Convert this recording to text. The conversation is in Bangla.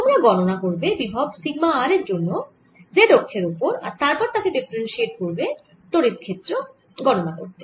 তোমরা গণনা করবে বিভব সিগমা r এর জন্য z অক্ষের ওপর আর তারপর তাকে ডিফারেনশিয়েট করে তড়িৎ ক্ষেত্র গণনা করবে